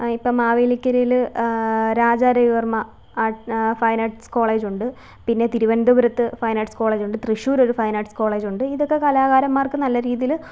ഇപ്പോള് മാവേലിക്കരയില് Raja Ravi Varma fine arts കോളേജുണ്ട് പിന്നെ തിരുവനന്തപുരത്ത് ഫൈന് ആര്ട്ട്സ് കോളേജുണ്ട് തൃശൂര് ഒരു ഫൈന് ആര്ട്ട്സ് കോളേജുണ്ട് ഇതൊക്കെ കലാകാരന്മാർക്ക് നല്ല രീതിയില്